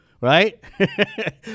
right